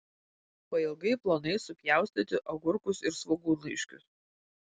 pailgai plonai supjaustyti agurkus ir svogūnlaiškius